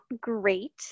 great